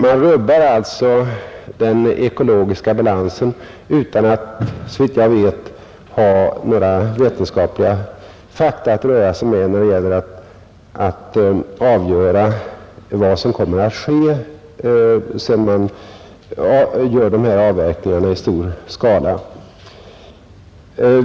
Man rubbar alltså den ekologiska balansen utan att såvitt jag vet ha några vetenskapliga fakta att utgå från när det gäller att avgöra följderna av dessa avverkningar i stor skala.